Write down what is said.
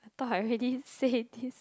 thought I already say this